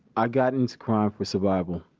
i got into crime for survival.